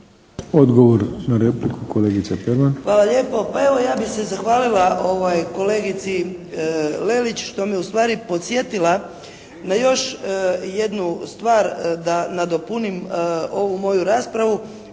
Odgovor na repliku kolegice Perman. **Perman, Biserka (SDP)** Hvala lijepo. Pa evo ja bih se zahvalila kolegici Lelić što me ustvari podsjetila na još jednu stvar da nadopunim ovu moju raspravu